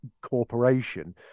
corporation